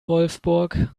wolfsburg